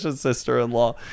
sister-in-law